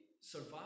survive